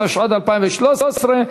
התשע"ד 2013,